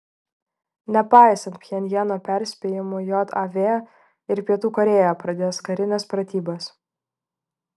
nepaisant pchenjano perspėjimų jav ir pietų korėja pradės karines pratybas